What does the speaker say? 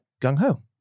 gung-ho